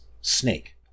snake